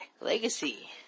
Legacy